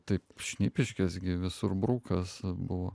taip šnipiškes gi visur brukas buvo